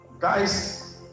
guys